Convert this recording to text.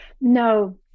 No